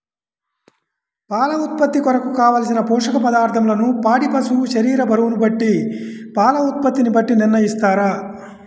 పాల ఉత్పత్తి కొరకు, కావలసిన పోషక పదార్ధములను పాడి పశువు శరీర బరువును బట్టి పాల ఉత్పత్తిని బట్టి నిర్ణయిస్తారా?